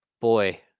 Boy